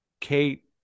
Kate